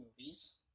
movies